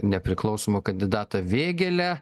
nepriklausomą kandidatą vėgėlę